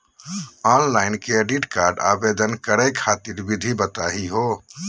Online credit card आवेदन करे खातिर विधि बताही हो?